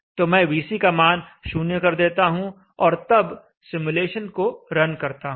तो मैं VC का मान 0 कर देता हूं और तब सिमुलेशन को रन करता हूं